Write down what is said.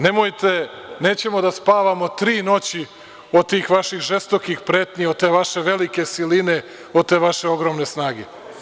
Nemojte, nećemo da spavamo tri noći od tih vaših žestokih pretnji, od te vaše velike siline, od te vaše ogromne snage.